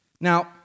Now